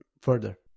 further